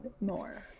more